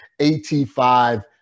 85